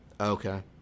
Okay